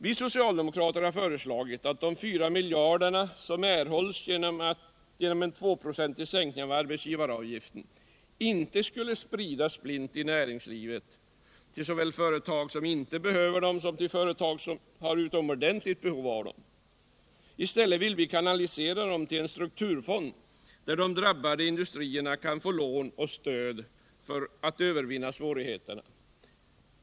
Vi socialdemokrater har föreslagit att de 4 miljarder som erhålls genom en 2-procentig sänkning av arbetsgivaravgiften inte skall spridas blint över näringslivet, såväl till företag som inte behöver dem som till företag som har utomordentligt stort behov av dem. I stället vill vi kanalisera dem till en strukturfond, där de drabbade industrierna kan få stöd för att övervinna svårigheterna.